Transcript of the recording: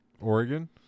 Oregon